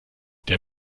der